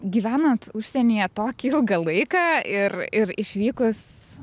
gyvenant užsienyje tokį ilgą laiką ir ir išvykus